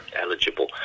eligible